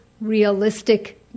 realistic